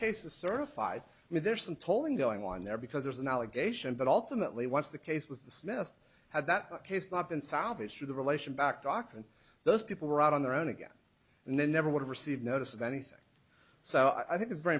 certified and there's some tolling going on there because there's an allegation but ultimately once the case was dismissed had that case not been salvaged to the relation back dock and those people were out on their own again and then never would have received notice of anything so i think it's very